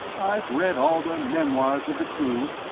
i've read all the memoirs of the crew.